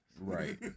Right